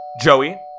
Joey